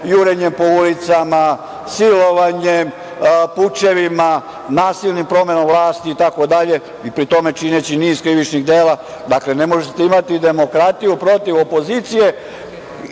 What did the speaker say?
jurenjem po ulicama, silovanjem, pučevima, nasilnim promenama vlasti itd. i pri tome čineći niz krivičnih dela. Dakle, ne možete imati demokratiju protiv opozicije,